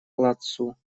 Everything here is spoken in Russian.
ладсу